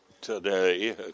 today